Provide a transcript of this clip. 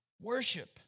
worship